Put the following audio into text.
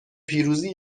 پیروزی